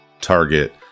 target